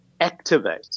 activate